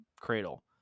cradle